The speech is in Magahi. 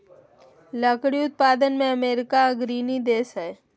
लकड़ी उत्पादन में अमेरिका अग्रणी देश हइ